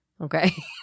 Okay